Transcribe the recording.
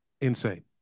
Insane